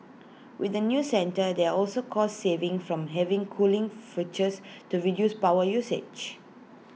with the new centre there're also cost savings from having cooling features to reduce power usage